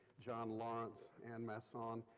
john lawrence, ann masson,